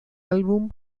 álbum